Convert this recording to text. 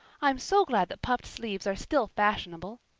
i'm so glad that puffed sleeves are still fashionable.